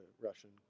Russian